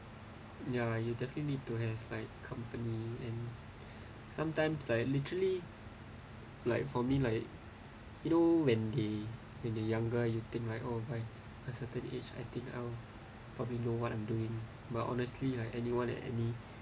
ya you definitely need to have like company and sometime like literally like for me like you know when they when they younger you think like by a certain age I think I will probably know what I'm doing but honestly like anyone at any